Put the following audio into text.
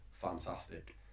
fantastic